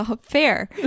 Fair